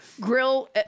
grill